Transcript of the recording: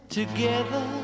together